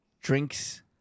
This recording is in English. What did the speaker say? drinks